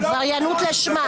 עבריינות לשמה.